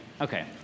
okay